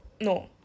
No